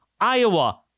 Iowa